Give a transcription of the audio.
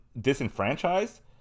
disenfranchised